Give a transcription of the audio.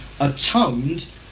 atoned